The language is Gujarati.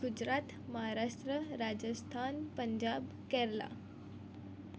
ગુજરાત મહારાષ્ટ્ર રાજસ્થાન પંજાબ કેરલ